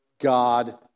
God